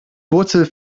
wurzel